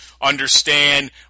understand